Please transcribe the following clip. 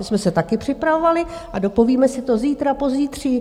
My jsme se taky připravovali a dopovíme si to zítra, pozítří.